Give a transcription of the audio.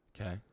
Okay